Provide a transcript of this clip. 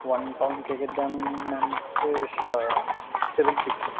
one pound কেকের দাম ma'am হচ্ছে সা সেভেন ফিফটি